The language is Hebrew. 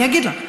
אני אגיד לך.